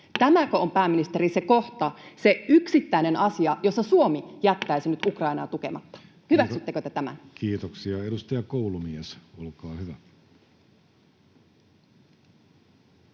Tämäkö on, pääministeri, se kohta, se yksittäinen asia, jossa Suomi jättäisi nyt Ukrainaa tukematta? Hyväksyttekö te tämän? Kiitoksia. — Edustaja Koulumies, olkaa hyvä.